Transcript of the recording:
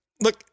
Look